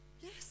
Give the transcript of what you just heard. Yes